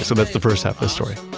so that's the first half of the story.